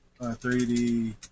3D